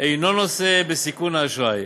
אינו נושא בסיכון האשראי